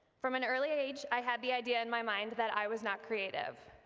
from an early age i had the idea in my mind that i was not creative,